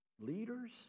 leaders